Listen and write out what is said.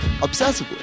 obsessively